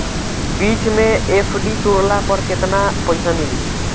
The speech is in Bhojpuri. बीच मे एफ.डी तुड़ला पर केतना पईसा मिली?